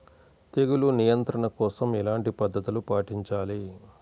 తెగులు నియంత్రణ కోసం ఎలాంటి పద్ధతులు పాటించాలి?